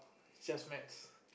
is just maths